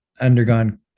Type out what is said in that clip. undergone